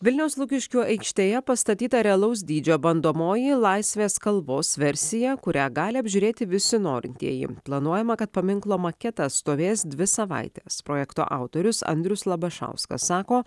vilniaus lukiškių aikštėje pastatyta realaus dydžio bandomoji laisvės kalvos versija kurią gali apžiūrėti visi norintieji planuojama kad paminklo maketas stovės dvi savaites projekto autorius andrius labašauskas sako